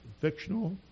fictional